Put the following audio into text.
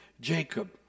Jacob